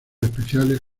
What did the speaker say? especiales